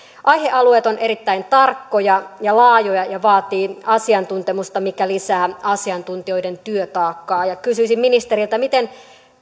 aihealueet ovat erittäin tarkkoja ja laajoja ja vaativat asiantuntemusta mikä lisää asiantuntijoiden työtaakkaa kysyisin ministeriltä miten